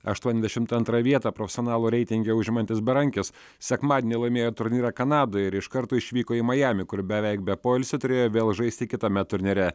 aštuoniasdešimt antrą vietą profesionalų reitinge užimantis berankis sekmadienį laimėjo turnyrą kanadoje ir iš karto išvyko į majamį kur beveik be poilsio turėjo vėl žaisti kitame turnyre